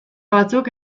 batzuk